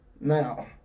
Now